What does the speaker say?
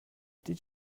did